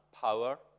power